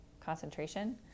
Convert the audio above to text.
concentration